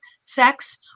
sex